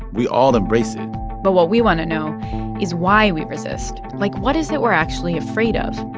we all embrace it but what we want to know is why we resist. like, what is it we're actually afraid of?